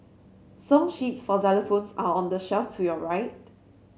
song sheets for xylophones are on the shelf to your right